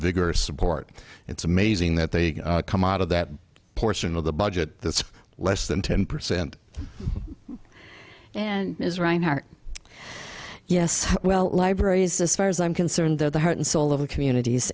bigger support it's amazing that they come out of that portion of the budget that's less than ten percent and is rinehart yes well libraries as far as i'm concerned they're the heart and soul of the communities